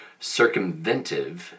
circumventive